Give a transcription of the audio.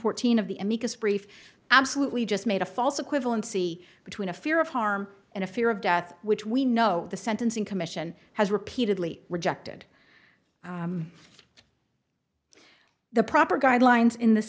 fourteen of the brief absolutely just made a false equivalency between a fear of harm and a fear of death which we know the sentencing commission has repeatedly rejected the proper guidelines in this